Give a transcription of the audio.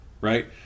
right